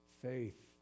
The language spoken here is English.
Faith